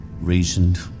reasoned